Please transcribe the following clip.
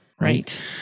right